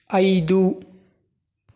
ಐದು